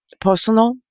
personal